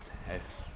has